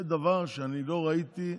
זה דבר שאני לא ראיתי.